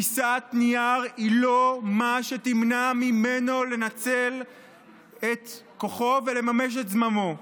פיסת נייר היא לא מה שתמנע ממנו לנצל את כוחו ולממש את זממו.